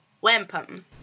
Wampum